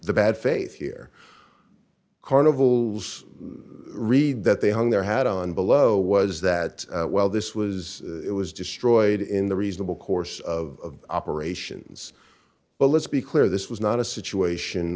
the bad faith here carnivals read that they hung there had on below was that well this was it was destroyed in the reasonable course of operations but let's be clear this was not a situation